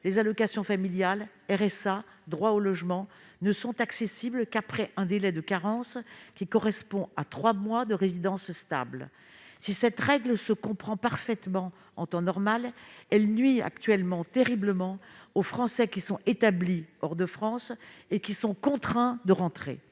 allocations familiales, RSA, aides au logement -ne sont accessibles qu'après un délai de carence correspondant à trois mois de résidence stable. Si cette règle se comprend parfaitement en temps normal, à l'heure actuelle, en revanche, elle nuit terriblement aux Français établis hors de France qui se voient contraints de rentrer